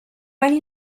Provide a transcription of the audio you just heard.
van